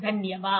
धन्यवाद